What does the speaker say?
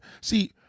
See